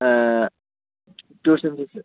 tuition fees